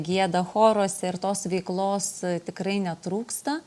gieda choruose ir tos veiklos tikrai netrūksta